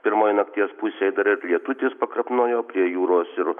pirmoj nakties pusėj dar ir lietutis pakrapnojo prie jūros ir